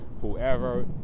whoever